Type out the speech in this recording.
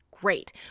great